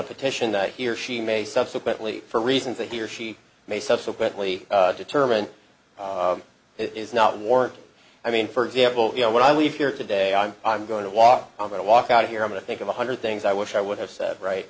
a petition that he or she may subsequently for reasons that he or she may subsequently determine is not warranted i mean for example you know when i leave here today i'm i'm going to walk i'm going to walk out of here i'm a think of a hundred things i wish i would have said right